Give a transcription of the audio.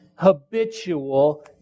habitual